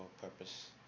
purpose